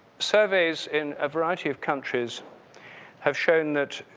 surveys in a variety of countries have shown that